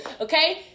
Okay